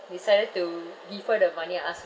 decided to defer the money I ask